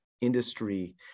industry